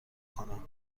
کنم